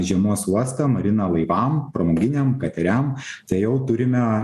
žiemos uostą mariną laivam pramoginiam kateriam tai jau turime